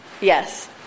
Yes